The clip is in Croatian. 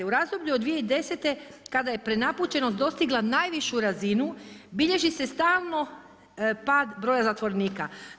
U razdoblju od 2010. kada je prenapučenost dostigla najvišu razinu bilježi se stalno pad broja zatvorenika.